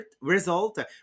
Result